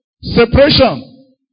separation